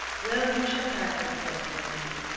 well, you shall have them, said candide.